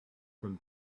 from